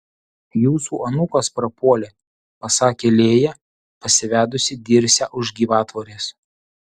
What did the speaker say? jūsų anūkas prapuolė pasakė lėja pasivedusi dirsę už gyvatvorės